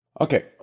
Okay